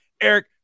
Eric